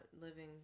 living